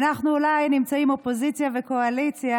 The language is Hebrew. אנחנו אולי נמצאים אופוזיציה וקואליציה,